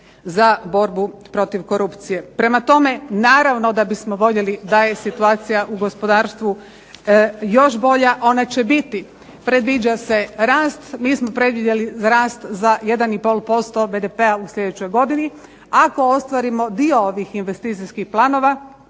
za borbu protiv korupcije. Prema tome, naravno da bismo voljeli da je situacija u gospodarstvu još bolja. Ona će biti, predviđa se rast. Mi smo predvidjeli rast za 1,5% BDP-a u sljedećoj godini ako ostvarimo dio ovih investicijskih planova,